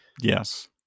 Yes